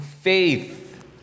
faith